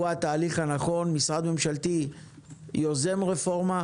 התהליך הנכון משרד ממשלתי יוזם רפורמה,